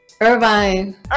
Irvine